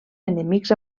enemics